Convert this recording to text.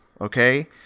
okay